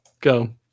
Go